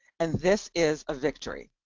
and this is a victory.